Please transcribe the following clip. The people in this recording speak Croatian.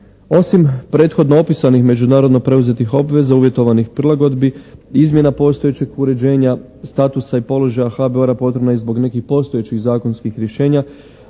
Osim prethodno opisanih međunarodno preuzetih obveza uvjetovanih prilagodbi izmjena postojećeg uređenja statusa i položaja HBOR-a potrebna je i zbog nekih postojećih zakonskih rješenja